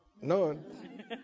none